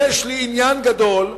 יש לי עניין גדול,